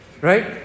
right